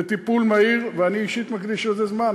וטיפול מהיר, ואני אישית מקדיש לזה זמן.